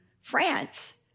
France